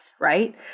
right